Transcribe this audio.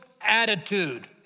attitude